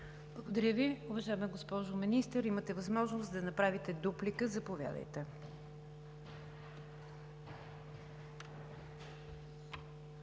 Благодаря Ви. Уважаема госпожо Министър, имате възможност да направите дуплика – заповядайте.